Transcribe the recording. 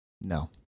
No